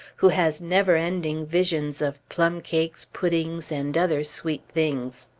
who has never-ending visions of plumcakes, puddings, and other sweet things.